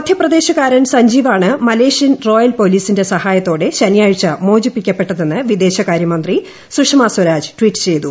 മദ്ധ്യപ്രദേശുകാരൻ സൻജീവ് ആണ് Malaysian royal പോലീസിന്റെ സഹായത്തോടെ ശനിയാഴ്ച മോചിപ്പിക്കപ്പെട്ടതെന്ന് വിദേശകാര്യമന്ത്രി സുഷമാ സ്വരാജ് ട്വീറ്റ് ചെയ്തു